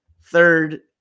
third